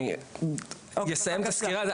אני אסיים את הסקירה,